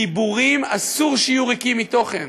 דיבורים, אסור שיהיו ריקים מתוכן.